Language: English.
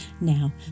Now